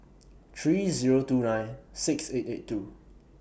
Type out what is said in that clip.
three Zero two nine six eight eight two